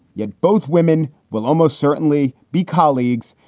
yet both women will almost certainly be colleagues.